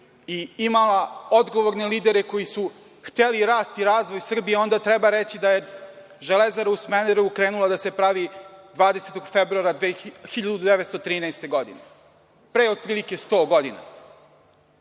i imala odgovorne lidere koji su hteli rast i razvoj Srbije, onda treba reći da je Železara u Smederevu krenula da se pravi 20. februara 1913. godine, pre otprilike 100 godina,